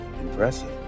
Impressive